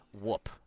whoop